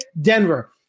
Denver